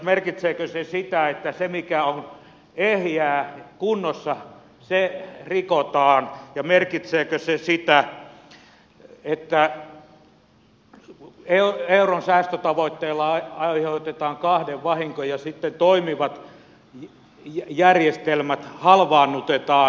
merkitseekö se sitä että se mikä on ehjää kunnossa se rikotaan ja merkitseekö se sitä että euron säästötavoitteella aiheutetaan kahden vahinko ja sitten toimivat järjestelmät halvaannutetaan